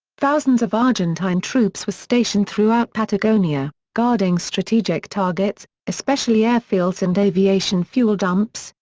thousands of argentine troops were stationed throughout patagonia, guarding strategic targets, especially airfields and aviation fuel dumps,